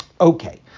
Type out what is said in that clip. Okay